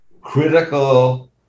critical